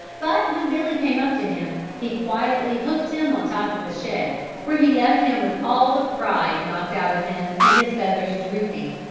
but when billy came up to him he quietly hooked him on top of the shed where he left him with all the pride knocked out of him and his feathers drooping.